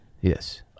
yes